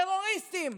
טרוריסטים.